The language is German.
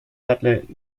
butler